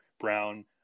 Brown